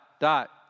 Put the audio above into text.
dot